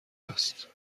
است